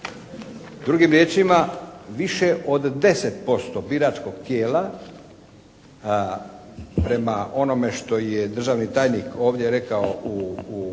Drugim riječima više od 10% biračkog tijela prema onome što je državni tajnik ovdje rekao u jednom